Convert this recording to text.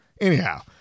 Anyhow